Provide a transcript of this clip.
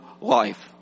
life